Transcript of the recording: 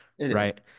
right